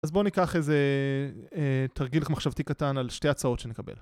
אז בואו ניקח איזה תרגיל מחשבתי קטן על שתי הצעות שנקבל.